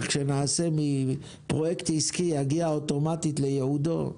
שנעשה מפרויקט עסקי יגיע אוטומטית לייעודו.